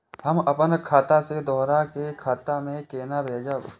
हम आपन खाता से दोहरा के खाता में केना भेजब?